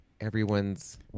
everyone's